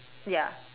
ya